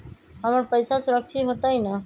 हमर पईसा सुरक्षित होतई न?